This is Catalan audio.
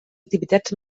activitats